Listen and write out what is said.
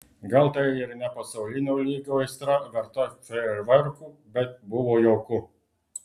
gal tai ir ne pasaulinio lygio aistra verta fejerverkų bet buvo jauku